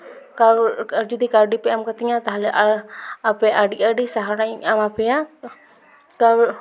ᱠᱟᱨᱚᱱ ᱟᱨ ᱡᱩᱫᱤ ᱠᱟᱹᱣᱰᱤ ᱯᱮ ᱮᱢ ᱠᱟᱹᱛᱤᱧᱟ ᱛᱟᱦᱚᱞᱮ ᱟᱨ ᱟᱯᱮ ᱟᱹᱰᱤ ᱟᱹᱰᱤ ᱥᱟᱦᱨᱟᱣᱤᱧ ᱮᱢᱟ ᱯᱮᱭᱟ ᱛᱚ